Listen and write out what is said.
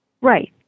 Right